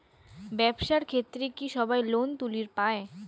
ব্যবসার ক্ষেত্রে কি সবায় লোন তুলির পায়?